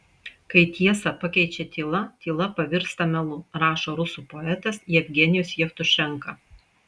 kai tiesą pakeičia tyla tyla pavirsta melu rašo rusų poetas jevgenijus jevtušenka